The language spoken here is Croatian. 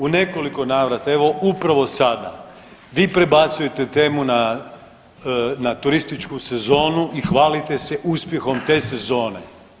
U nekoliko navrata, evo upravo sada vi prebacujete temu na turističku sezonu i hvalite se uspjehom te sezone.